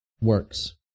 works